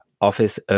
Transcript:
Office